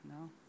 No